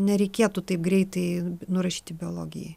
nereikėtų taip greitai nurašyti biologijai